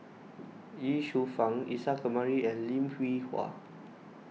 Ye Shufang Isa Kamari and Lim Hwee Hua